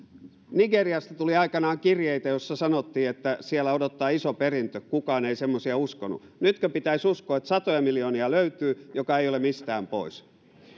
nigeriasta tuli aikanaan kirjeitä joissa sanottiin että siellä odottaa iso perintö kukaan ei semmoisia uskonut nytkö pitäisi uskoa että löytyy satoja miljoonia joka ei ole mistään pois